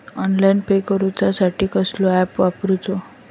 Online pay करूचा साठी कसलो ऍप वापरूचो?